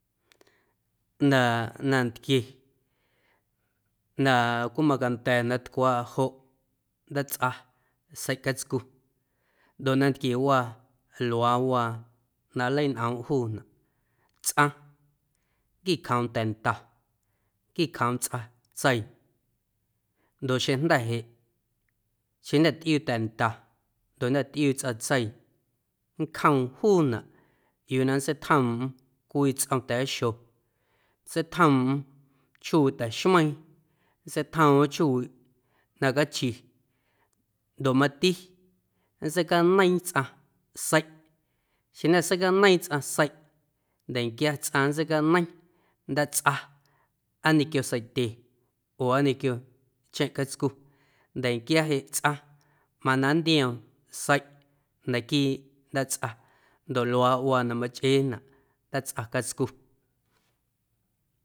Ꞌndaaꞌ nantquie na cwimacanda̱ na tcuaaꞌa joꞌ ndaatsꞌa seiꞌ catscu ndoꞌ nanquiewaa luaawaa na nleiñꞌoomꞌ juunaꞌ tsꞌaⁿ nnquicjoom ta̱nda, nnquicjoom tsꞌatseii ndoꞌ xeⁿjnda̱ jeꞌ xeⁿjnda̱ tꞌiuu ta̱nda ndoꞌ jnda̱ tꞌiuu tsꞌatseii nncjoom juunaꞌ yuu na nntseitjoomꞌm cwi tsꞌom ta̱a̱xo, nntseitjoomꞌm chjoowiꞌ ta̱xmeiiⁿ, nntseitjoomꞌm chjoowiꞌ na cachi ndoꞌ mati nntseicaneiiⁿ tsꞌaⁿ seiꞌ xeⁿ na jnda̱ seicaneiiⁿ tsꞌaⁿ seiꞌ nda̱nquia tsꞌaⁿ nntseicaneiⁿ ndaatsꞌa aa ñequio seitye oo aa ñequio ncheⁿꞌ catscu nda̱nquia jeꞌ tsꞌaⁿ mana nntioom seiꞌ naquiiꞌ ndaatsꞌa ndoꞌ luaaꞌwaa na machꞌeenaꞌ ndaatsꞌa catscu.